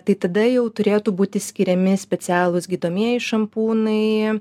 tai tada jau turėtų būti skiriami specialūs gydomieji šampūnai